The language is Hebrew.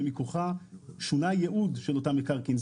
ומכוחה שונה הייעוד של אותם מקרקעין.